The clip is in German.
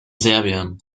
serbien